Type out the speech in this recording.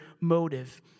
motive